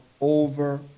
over